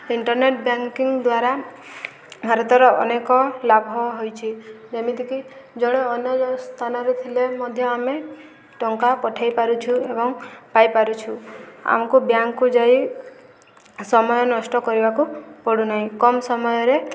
internet banking ଦ୍ୱାରା ଭାରତର ଅନେକ ଲାଭ ହୋଇଛି ଯେମିତିକି ଜଣେ ଅନ୍ୟ ସ୍ଥାନରେ ଥିଲେ ମଧ୍ୟ ଆମେ ଟଙ୍କା ପଠେଇ ପାରୁଛୁ ଏବଂ ପାଇପାରୁଛୁ ଆମକୁ ବ୍ୟାଙ୍କକୁ ଯାଇ ସମୟ ନଷ୍ଟ କରିବାକୁ ପଡ଼ୁନାହିଁ କମ ସମୟରେ